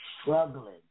struggling